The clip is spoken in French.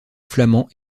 flamands